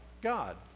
God